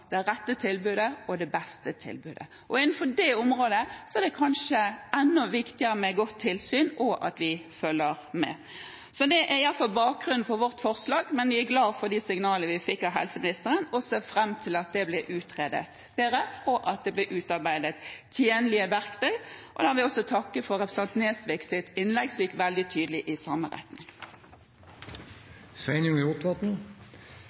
får det rette og det beste tilbudet. Innenfor dette området er det kanskje enda viktigere med godt tilsyn – og at vi følger med. Det er i alle fall bakgrunnen for vårt forslag. Vi er glad for signalene vi fikk fra helseministeren, og ser fram til at dette blir utredet bedre, og at det blir utarbeidet tjenlige verktøy. Jeg vil også takke for representanten Nesviks innlegg, som gikk veldig tydelig i samme